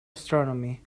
astronomy